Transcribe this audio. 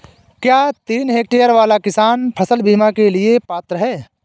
क्या तीन हेक्टेयर वाला किसान फसल बीमा के लिए पात्र हैं?